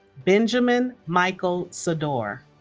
benjamin michael sedor